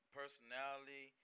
personality